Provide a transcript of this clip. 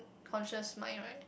conscious mind right